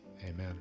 Amen